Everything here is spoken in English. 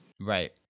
Right